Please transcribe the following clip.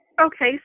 Okay